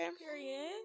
Period